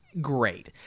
great